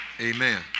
amen